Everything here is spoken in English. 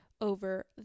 over